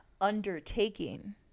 undertaking